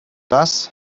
das